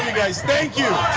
guys, thank you.